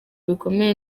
bikomeye